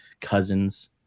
cousins